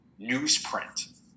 newsprint